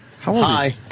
Hi